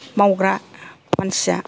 मावग्रा मानसिया